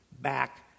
back